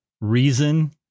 reason